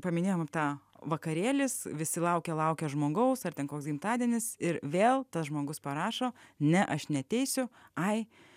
paminėjom tą vakarėlis visi laukia laukia žmogaus ar ten koks gimtadienis ir vėl tas žmogus parašo ne aš neteisiu ai